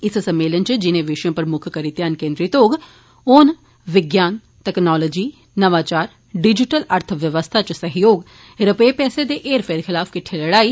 इस सम्मेलन इच जिने विषय उप्पर मुक्ख करी ध्यान केन्द्रीत होग ओह् न विज्ञान तकनालोजी नवाचार डिजिटल अर्थ व्यवस्था इच सहयोग रपे पैसे दे हेर फेर खिलाफ किट्ठे लड़ाई